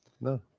no